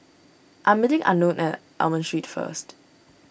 I am meeting Unknown at Almond Street first